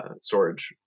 storage